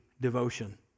devotion